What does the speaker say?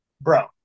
bro